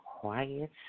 quiet